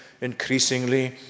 increasingly